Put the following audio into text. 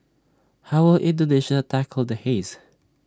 how will Indonesia tackle the haze